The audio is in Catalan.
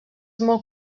molt